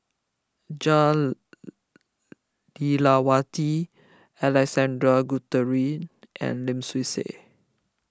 Jah Lelawati Alexander Guthrie and Lim Swee Say